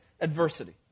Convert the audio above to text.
adversity